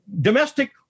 Domestic